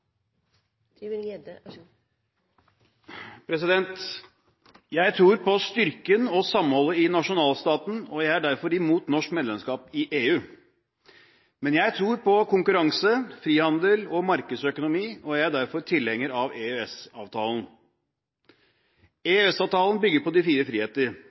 samholdet i nasjonalstaten. Jeg er derfor imot norsk medlemskap i EU. Men jeg tror på konkurranse, frihandel og markedsøkonomi. Jeg er derfor tilhenger av EØS-avtalen. EØS-avtalen bygger på de fire friheter.